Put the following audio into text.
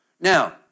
Now